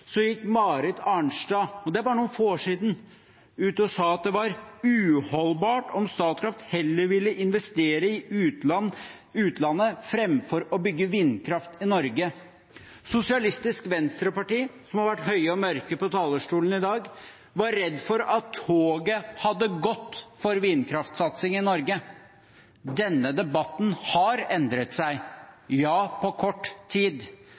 gikk Marit Arnstad ut og sa at det var uholdbart om Statkraft heller ville investere i utlandet enn å bygge vindkraft i Norge. Og det er bare noen få år siden. Sosialistisk Venstreparti, som har vært høye og mørke på talerstolen i dag, var redde for at toget hadde gått for vindkraftsatsing i Norge. Denne debatten har endret seg – ja, på kort tid